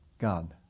God